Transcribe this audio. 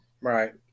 Right